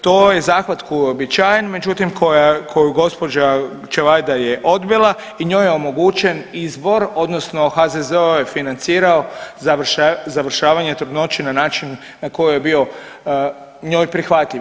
To je zahvat koji je uobičajen, međutim koju gđa. Čavajda je odbila i njoj je omogućen izbor odnosno HZZO je financirao završavanje trudnoće na način na koji je bio njoj prihvatljiv.